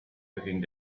looking